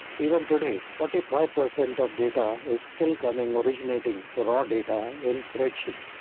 even today, forty five percent of data is still coming originating raw data in spreadsheet.